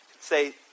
say